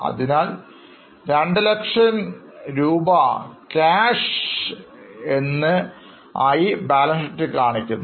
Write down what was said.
അതിനാൽ 200000 രൂപ Cash എന്നുപറഞ്ഞ് ബാലൻസ് ഷീറ്റിൽ കാണിക്കുന്നു